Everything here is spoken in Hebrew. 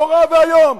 נורא ואיום.